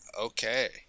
Okay